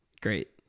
Great